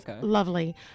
lovely